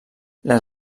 les